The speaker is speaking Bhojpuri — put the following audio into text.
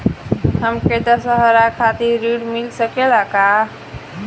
हमके दशहारा खातिर ऋण मिल सकेला का?